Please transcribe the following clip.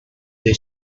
they